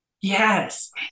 Yes